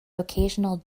occasional